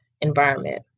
environment